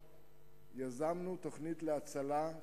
יזמנו תוכנית להצלה,